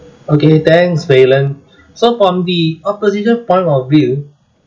okay thanks valen so on the opposition point of view